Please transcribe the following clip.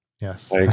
Yes